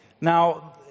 Now